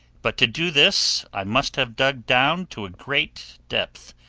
but to do this, i must have dug down to a great depth,